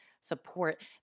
support